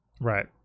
Right